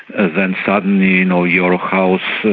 then suddenly you know your house,